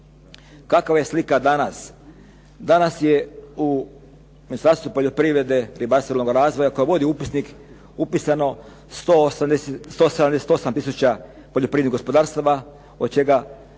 Kakva je slika danas? Danas je u Ministarstvu poljoprivrede, .../Govornik se ne razumije./… razvoja koja vodi upisnik upisano 178 tisuća poljoprivrednih gospodarstava od čega